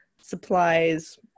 supplies